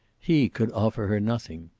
he could offer her nothing.